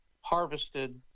harvested